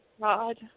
God